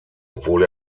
obwohl